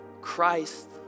Christ